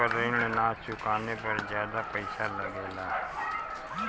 समय पर ऋण ना चुकाने पर ज्यादा पईसा लगेला?